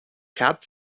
cap